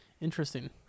Interesting